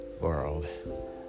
world